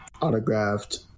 autographed